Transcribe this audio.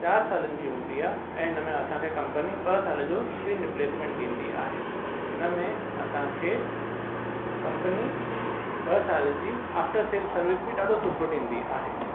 चार सालनि जी हूंदी आहे ऐं हिन में असांखे कंपनी ॿ साल जो स्क्रीन रिप्लेसमेंट ॾींदी आहे हिन में असांखे कंपनी ॿ साल जी आफ्टर सेल सर्विस बि ॾाढो सुठो ॾींदी आहे